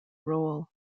role